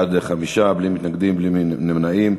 בעד, 5, אין מתנגדים, אין נמנעים.